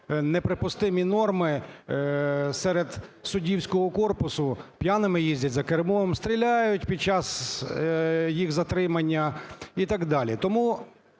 неприпустимі норми серед суддівського корпусу: п'яними їздять за кермом, стріляють під час їх затримання і так далі. Тому